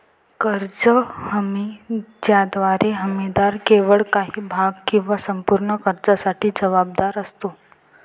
कर्ज हमी ज्याद्वारे हमीदार केवळ काही भाग किंवा संपूर्ण कर्जासाठी जबाबदार असतो